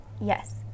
yes